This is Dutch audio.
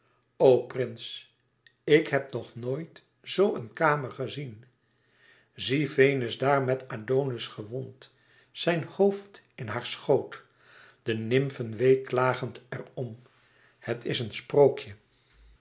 prins ik heb nog nooit zoo een kamer gezien zie venus daar met adonis gewond zijn hoofd in haar schoot de nimfen weeklagend er om het is een sprookje